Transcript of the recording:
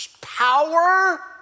power